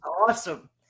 awesome